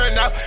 now